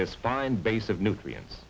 this fine base of nutrients